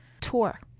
tour